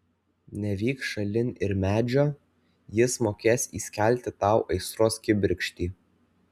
nevyk šalin ir medžio jis mokės įskelti tau aistros kibirkštį